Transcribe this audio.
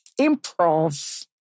improv